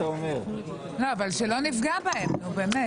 --- אבל שלא נפגע בהם, נו באמת.